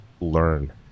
learn